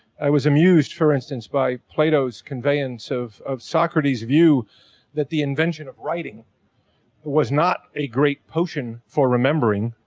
i was amused for instance by plato's conveyance of, of socrates' view that the invention of writing was not a great potion for remembering,